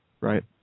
right